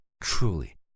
Truly